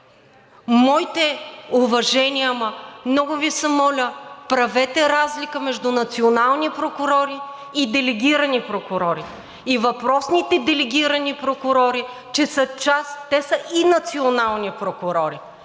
моите уважения, ама, много Ви се моля, правете разлика между национални прокурори и делегирани прокурори. И въпросните делегирани прокурори, че са част – те са и национални прокурори.